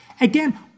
Again